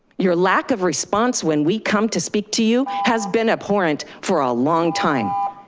you're lack of response when we come to speak to you has been abhorrent for a long time.